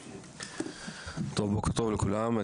בוקר טוב לכולם,